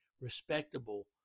respectable